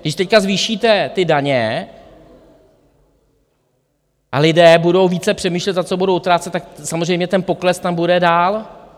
Když teď zvýšíte ty daně a lidé budou více přemýšlet, za co budou utrácet, tak samozřejmě ten pokles tam bude dál.